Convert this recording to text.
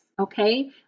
Okay